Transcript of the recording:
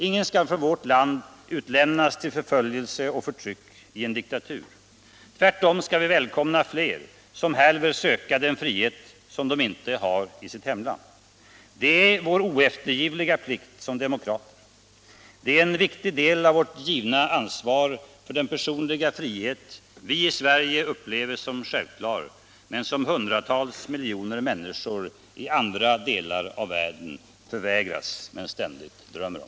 Ingen skall från vårt land utlämnas till förföljelse och förtryck i en diktatur. Tvärtom skall vi välkomna fler som här vill söka den frihet som de inte har i sitt hemland. Det är vår oeftergivliga plikt som demokrater. Det är en viktig del av vårt givna ansvar för den personliga frihet som vi i Sverige upplever som självklar men som hundratals miljoner människor i andra delar av världen förvägras men ständigt drömmer om.